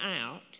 out